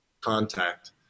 contact